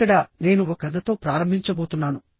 ఇక్కడనేను ఒక కథతో ప్రారంభించబోతున్నాను